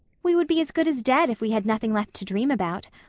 we would be as good as dead if we had nothing left to dream about.